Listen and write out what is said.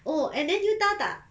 oh and then you tahu tak